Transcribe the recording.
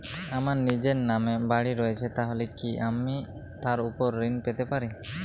আমার নিজের নামে বাড়ী রয়েছে তাহলে কি আমি তার ওপর ঋণ পেতে পারি?